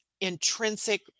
intrinsic